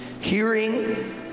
hearing